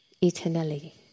eternally